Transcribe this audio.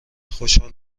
خوشحال